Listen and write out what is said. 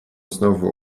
znowu